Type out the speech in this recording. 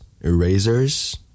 Erasers